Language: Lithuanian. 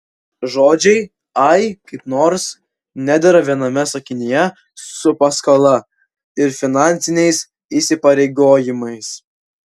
žodžiai ai kaip nors nedera viename sakinyje su paskola ir finansiniais įsipareigojimais